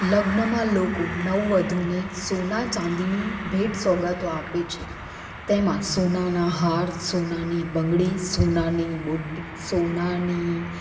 લગ્નમાં લોકો નવવધૂને સોના ચાંદીની ભેટ સોગાદો આપે છે તેમાં સોનાના હાર સોનાની બંગડી સોનાની બુટ્ટી સોનાની